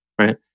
right